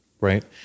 right